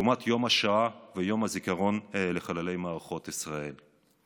לעומת יום השואה ויום הזיכרון לחללי מערכות ישראל.